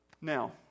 Now